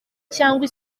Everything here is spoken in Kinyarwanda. cyangwa